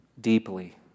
deeply